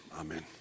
Amen